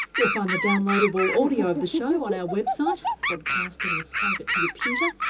you'll find the downloadable audio of the show on our website, podcast it, or save it to your puter.